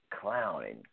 clowning